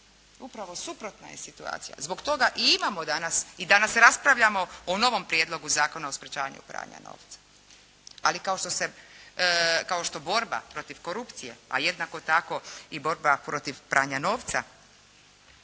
upravno suprotna je situacija. Zbog toga i imamo danas i danas raspravljamo o novom Prijedlogu Zakona o sprečavanju pranja novca. Ali kao što borba protiv korupcija, a jednako tako i borba protiv pranja novca,